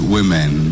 Women